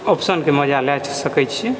ऑप्शनके मजा लए सकै छियै